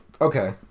Okay